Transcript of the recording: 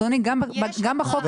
אדוני, גם בחוק הזה אין.